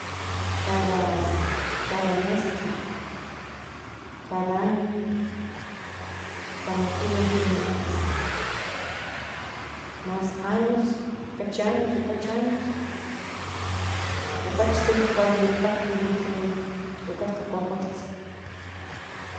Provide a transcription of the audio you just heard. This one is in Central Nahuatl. Cada mezkli cada año panotihue in mas años okachi okachi años okachi kualijkajti den tlen okatka kuakualzhin.